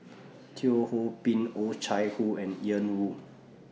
Teo Ho Pin Oh Chai Hoo and Ian Woo